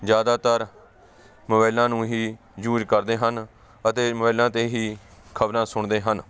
ਜ਼ਿਆਦਾਤਰ ਮੋਬਾਇਲਾਂ ਨੂੰ ਹੀ ਯੂਜ਼ ਕਰਦੇ ਹਨ ਅਤੇ ਮੋਬਾਇਲਾਂ 'ਤੇ ਹੀ ਖਬਰਾਂ ਸੁਣਦੇ ਹਨ